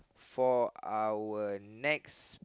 for our next